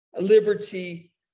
liberty